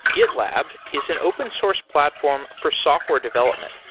gitlab is an open source platform for software development.